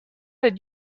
did